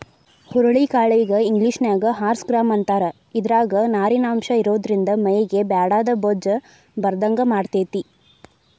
ಹುರುಳಿ ಕಾಳಿಗೆ ಇಂಗ್ಲೇಷನ್ಯಾಗ ಹಾರ್ಸ್ ಗ್ರಾಂ ಅಂತಾರ, ಇದ್ರಾಗ ನಾರಿನಂಶ ಇರೋದ್ರಿಂದ ಮೈಗೆ ಬ್ಯಾಡಾದ ಬೊಜ್ಜ ಬರದಂಗ ಮಾಡ್ತೆತಿ